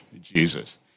Jesus